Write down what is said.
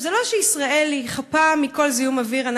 זה לא שישראל חפה מכל זיהום אוויר.